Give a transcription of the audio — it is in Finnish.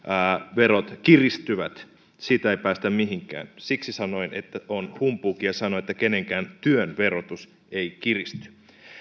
verot kiristyvät siitä ei päästä mihinkään siksi sanoin että on humpuukia sanoa että kenenkään työn verotus ei kiristy